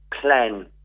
plan